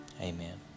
Amen